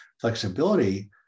flexibility